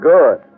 Good